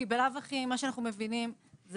כי בלאו הכי ממה שאנחנו מבינים זה